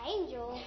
Angel